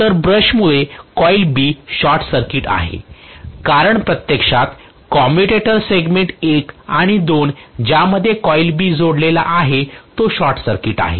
तर ब्रशमुळे coil B short circuit आहे कारण प्रत्यक्षात कम्युटेटर सेगमेंट 1 आणि 2 ज्यामध्ये कॉइल B जोडलेला आहे तो शॉर्ट सर्किट आहे